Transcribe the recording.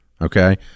okay